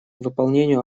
выполнению